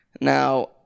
Now –